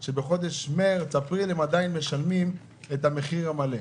ואז בחודש מרץ אפריל הם עדיין משלמים את המחיר המלא.